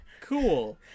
cool